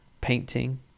Painting